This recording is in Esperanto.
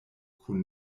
kun